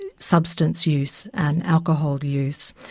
and substance use and alcohol use,